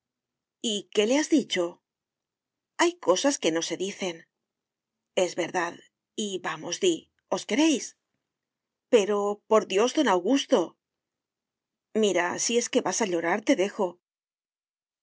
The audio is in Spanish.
y qué le has dicho hay cosas que no se dicen es verdad y vamos di os queréis pero por dios don augusto mira si es que vas a llorar te dejo